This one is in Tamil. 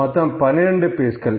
மொத்தம் 12 பீஸ்கள்